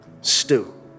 stew